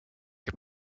heb